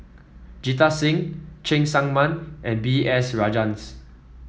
Jita Singh Cheng Tsang Man and B S Rajhans